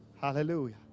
Hallelujah